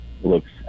looks